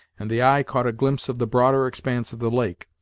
and the eye caught a glimpse of the broader expanse of the lake,